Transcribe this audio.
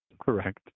correct